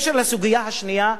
בסוגיה השנייה,